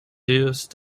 used